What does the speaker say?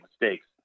mistakes